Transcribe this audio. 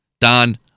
Don